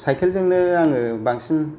cycle जोंनो आङो बांसिन